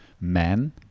man